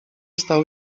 stał